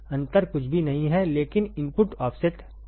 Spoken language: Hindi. अंतर कुछ भी नहीं है लेकिन इनपुट ऑफसेट है